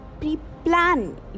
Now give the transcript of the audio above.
pre-plan